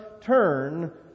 turn